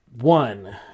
One